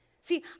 See